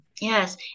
Yes